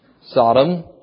Sodom